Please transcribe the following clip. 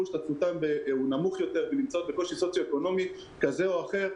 השתתפותן נמוך יותר ונמצאות בקושי סוציו-אקונומי כזה או אחר,